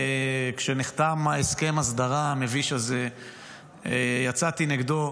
כשנחתם הסכם ההסדרה המביש הזה יצאתי נגדו,